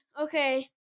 Okay